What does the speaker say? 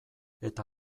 eta